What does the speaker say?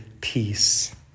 peace